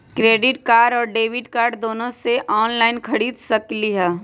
Credit card और debit card दोनों से ऑनलाइन खरीद सकली ह?